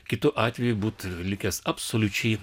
kitu atveju būtų likęs absoliučiai